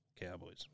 Cowboys